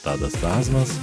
tadas razmas